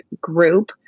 group